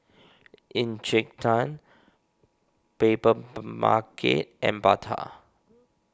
Encik Tan Paper market and Bata